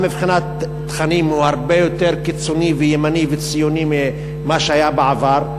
גם מבחינת התכנים הוא הרבה יותר קיצוני וימני וציוני ממה שהיה בעבר.